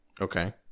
Okay